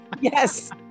yes